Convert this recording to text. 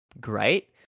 great